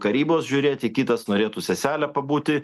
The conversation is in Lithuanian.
karybos žiūrėti kitas norėtų sesele pabūti